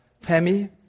Tammy